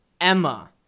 Emma